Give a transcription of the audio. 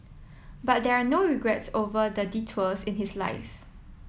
but there are no regrets over the detours in his life